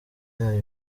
yayo